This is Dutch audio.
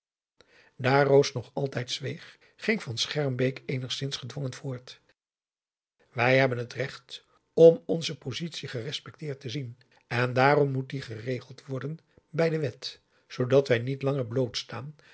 daar roos nog altijd zweeg ging van schermbeek eenigszins gedwongen voort wij hebben het recht om onze positie gerespecteerd te zien en daarom moet die geregeld worden bij de wet zoodat wij niet langer bloot staan